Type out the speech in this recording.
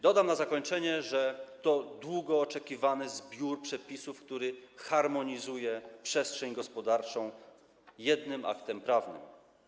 Dodam na zakończenie, że to długo oczekiwany zbiór przepisów, który harmonizuje przestrzeń gospodarczą jednym aktem prawnym.